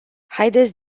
haideți